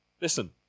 Listen